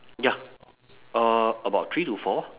ya uh about three to four